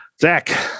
zach